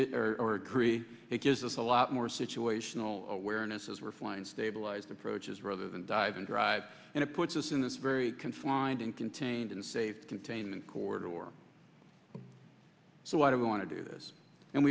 or agree it gives us a lot more situational awareness as we're flying stabilized approach is rather than dive and drive and it puts us in this very confined and contained and safe containment cord or so i don't want to do this and